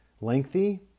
lengthy